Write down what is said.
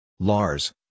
Lars